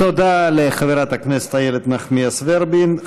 תודה לחברת הכנסת איילת נחמיאס ורבין.